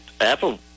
Apple